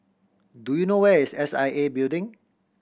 do you know where is S I A Building